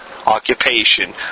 occupation